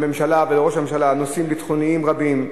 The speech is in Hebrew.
לממשלה ולראש הממשלה, נושאים ביטחוניים רבים,